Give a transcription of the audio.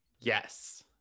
yes